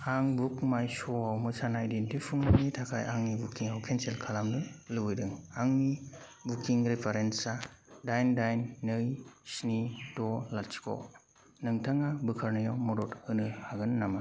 आं बुकमाइश' आव मोसानाय दिन्थिफुंनायनि थाखाय आंनि बुकिंखौ केनसेल खालामनो लुबैदों आंनि बुकिं रिफरेन्स आ दाइन दाइन नै स्नि द' लाथिख' नोंथाङा बोखारनायाव मदद होनो हागोन नामा